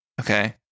Okay